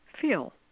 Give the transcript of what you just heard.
feel